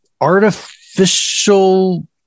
artificial